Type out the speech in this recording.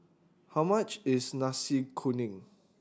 how much is Nasi Kuning